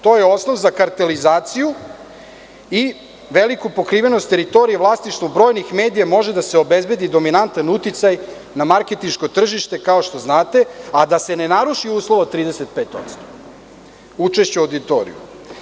To je osnov za kartelizaciju i veliku pokrivenost teritorije vlasništvom brojnih medija može da se obezbedi dominantan uticaj na marketinško tržište, kao što znate, a da se ne naruši uslov od 35% učešća u auditorijumu.